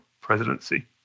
presidency